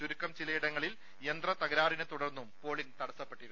ചുരുക്കം ചിലയിടങ്ങളിൽ യന്ത്രത്തകരാറിനെ തുടർന്നും പോളിംഗ് തടസ്സപ്പെട്ടു